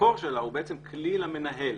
המקור שלה הוא בעצם כלי למנהל,